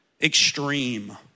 Extreme